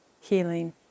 healing